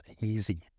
easy